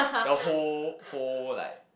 the whole whole like